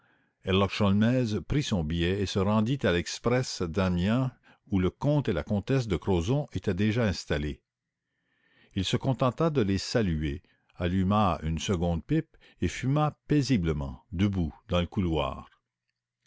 prit son billet et se rendit à l'express d'amiens où le comte et la comtesse de crozon étaient déjà installés il se contenta de les saluer alluma une seconde pipe et fuma paisiblement debout dans le couloir